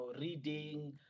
reading